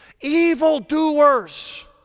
evildoers